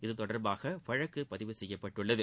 இதுதொடர்பாக வழக்கு பதிவு செய்யப்பட்டுள்ளது